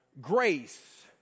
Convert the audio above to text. grace